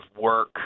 work